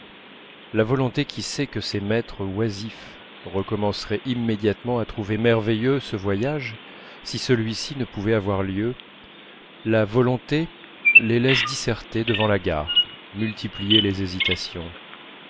la volonté qui sait que ces maîtres oisifs recommenceraient immédiatement à trouver merveilleux ce voyage si celui-ci ne pouvait avoir lieu la volonté les laisse disserter devant la gare multiplier les hésitations